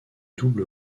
double